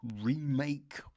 remake